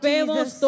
Jesus